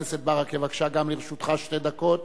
חבר הכנסת ברכה, בבקשה, גם לרשותך שתי דקות